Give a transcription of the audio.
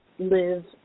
live